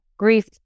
Grief